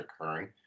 occurring